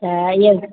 त ईअं